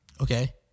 okay